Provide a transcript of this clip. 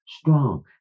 strong